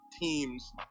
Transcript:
teams